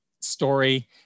story